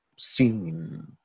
scene